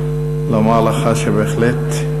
לומר לך שבהחלט,